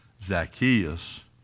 Zacchaeus